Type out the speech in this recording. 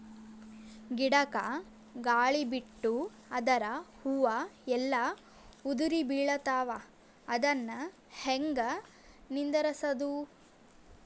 ಗಿಡಕ, ಗಾಳಿ ಬಿಟ್ಟು ಅದರ ಹೂವ ಎಲ್ಲಾ ಉದುರಿಬೀಳತಾವ, ಅದನ್ ಹೆಂಗ ನಿಂದರಸದು?